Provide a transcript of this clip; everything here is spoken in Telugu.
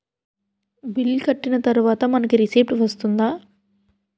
బిల్ కట్టిన తర్వాత మనకి రిసీప్ట్ వస్తుందా?